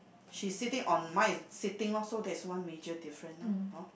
she sitting on mine is sitting lor so that's one major difference ah hor